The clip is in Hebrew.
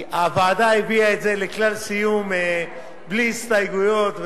הוועדה הביאה את זה לכלל סיום בלי הסתייגויות.